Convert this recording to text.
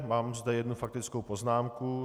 Mám zde jednu faktickou poznámku.